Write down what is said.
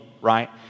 right